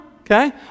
okay